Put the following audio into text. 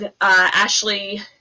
Ashley